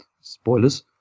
Spoilers